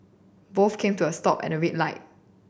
both came to a stop at a red light